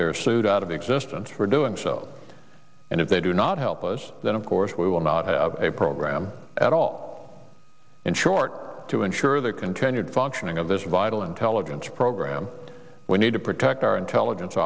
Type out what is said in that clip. sued out of existence for doing so and if they do not help us then of course we will not have a program at all in short to ensure the continued functioning of this vital intelligence program we need to protect our intelligence